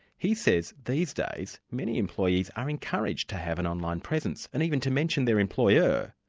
he says these days many employees are encouraged to have an online presence and even to mention their employer,